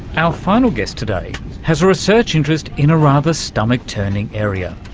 our final guest today has a research interest in a rather stomach turning area.